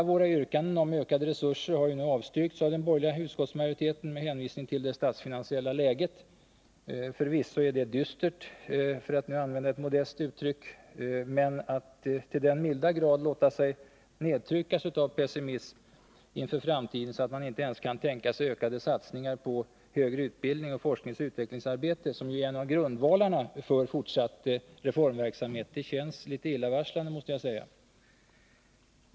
Besparingar i ss RA i N statsverksamheten, utskottsmajoriteten med hänvisning till det statsfinansiella läget. Förvisso är m.m. detta dystert, för att nu använda ett modest uttryck. Men att till den milda grad låta sig nedtryckas av pessimism inför framtiden så att man inte ens kan tänka sig ökade satsningar på högre utbildning, forskning och utvecklingsarbete, som är en av grundvalarna för fortsatt reformverksamhet, känns litet illavarslande måste jag säga.